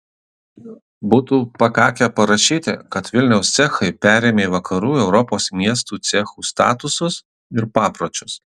būtų pakakę parašyti kad vilniaus cechai perėmė vakarų europos miestų cechų statusus ir papročius